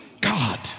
God